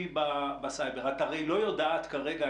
את הרי לא יודעת כרגע,